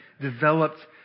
developed